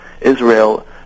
Israel